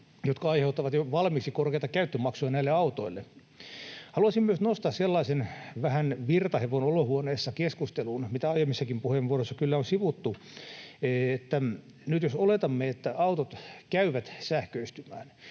jotka aiheuttavat jo valmiiksi korkeita käyttömaksuja näille autoille. Haluaisin myös nostaa keskusteluun vähän sellaisen virtahevon olohuoneessa, mitä aiemmissakin puheenvuoroissa kyllä on sivuttu. Nyt jos oletamme, että autot käyvät sähköistymään